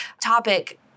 topic